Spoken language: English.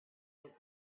that